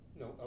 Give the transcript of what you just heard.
No